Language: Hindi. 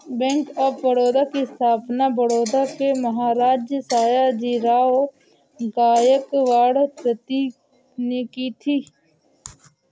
बैंक ऑफ बड़ौदा की स्थापना बड़ौदा के महाराज सयाजीराव गायकवाड तृतीय ने की थी